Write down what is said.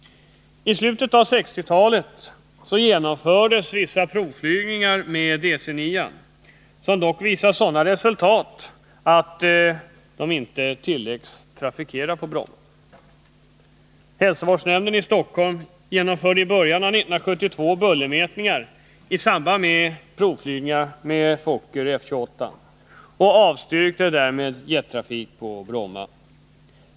I slutet av 1960-talet genomfördes vissa provflygningar med DC-9 som dock visade sådana resultat att de inte tilläts att trafikera Bromma. Hälsovårdsnämnden i Stockholm genomförde i början av 1972 bullermätningar i samband med provflygningar med Fokker F-28 och avstyrkte därefter jettrafik på Bromma.